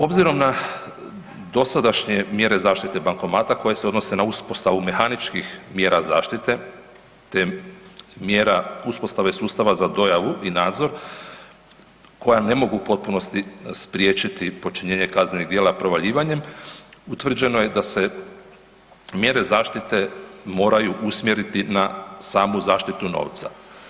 Obzirom na dosadašnje mjere zaštite bankomata koje se odnose na uspostavu mehaničkih mjera zaštite te mjera uspostave sustava za dojavu i nadzor koja ne mogu u potpunosti spriječiti počinjenje kaznenih djela provaljivanjem, utvrđeno je da se mjere zaštite moraju usmjeriti na samu zaštitu novca.